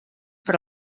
per